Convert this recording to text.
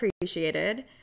appreciated